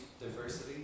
diversity